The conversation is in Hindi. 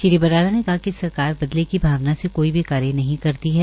श्री बराला ने कहा कि सरकार बदले की भावना से कोई भी कार्यनहीं करती है